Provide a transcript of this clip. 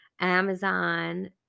Amazon